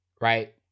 Right